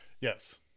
Yes